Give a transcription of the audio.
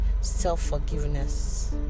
self-forgiveness